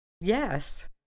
Yes